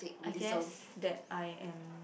I guess that I am